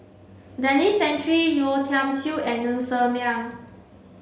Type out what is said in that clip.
Denis Santry Yeo Tiam Siew and Ng Ser Miang